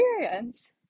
experience